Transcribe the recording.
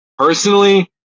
Personally